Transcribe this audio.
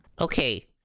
Okay